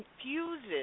confuses